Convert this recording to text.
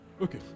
Okay